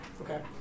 okay